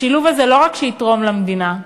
השילוב הזה לא רק יתרום למדינה,